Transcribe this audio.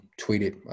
tweeted